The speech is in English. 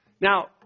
Now